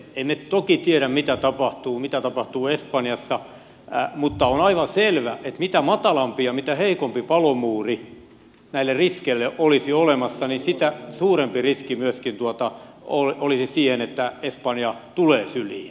emme toki tiedä mitä tapahtuu mitä tapahtuu espanjassa mutta on aivan selvä että mitä matalampi ja mitä heikompi palomuuri näille riskeille olisi olemassa sitä suurempi riski myöskin olisi siihen että espanja tulee syliin